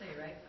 right